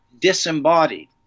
disembodied